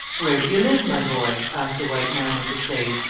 where do you live, my boy? asked a white man of the slave,